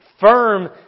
firm